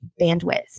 bandwidth